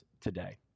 today